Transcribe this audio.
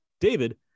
David